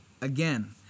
again